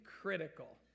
critical